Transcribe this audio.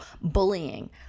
bullying